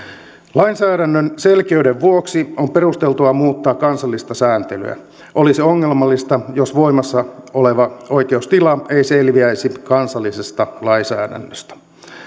lainsäännön selkeyden vuoksi on perusteltua muuttaa kansallista sääntelyä olisi ongelmallista jos voimassa oleva oikeustila ei selviäisi kansallisesta lainsäädännöstä